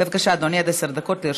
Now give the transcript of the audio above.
בבקשה, אדוני, עד עשר דקות לרשותך.